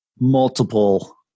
multiple